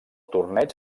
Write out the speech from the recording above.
torneig